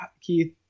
Keith